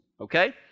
okay